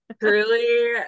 truly